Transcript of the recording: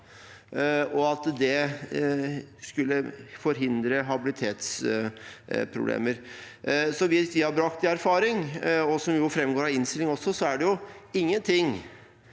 og at det skulle forhindre habilitetsproblemer. Så vidt vi har brakt i erfaring, og som det også framgår av innstillingen, er det ingen ting